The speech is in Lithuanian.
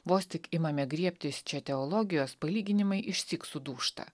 vos tik imame griebtis čia teologijos palyginimai išsyk sudūžta